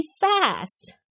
fast